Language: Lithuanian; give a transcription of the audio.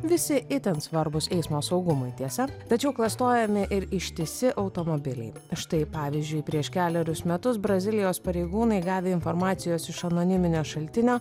visi itin svarbūs eismo saugumui tiesa tačiau klastojami ir ištisi automobiliai štai pavyzdžiui prieš kelerius metus brazilijos pareigūnai gavę informacijos iš anoniminio šaltinio